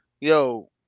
Yo